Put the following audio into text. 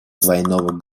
двойного